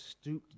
stooped